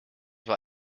war